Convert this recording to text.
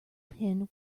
pin